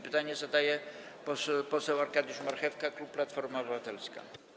Pytanie zadaje poseł Arkadiusz Marchewka, klub Platforma Obywatelska.